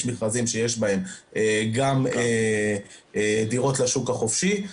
יש מכרזים שיש בהם גם דירות לשוק החופשי,